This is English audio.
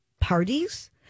parties